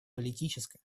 политическая